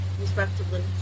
respectively